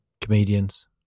Comedians